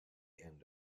end